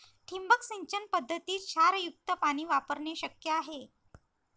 ठिबक सिंचन पद्धतीत क्षारयुक्त पाणी वापरणे शक्य आहे